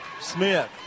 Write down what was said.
Smith